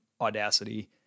audacity